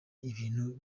ibintu